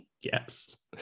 yes